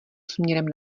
směrem